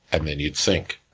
and then you'd sink,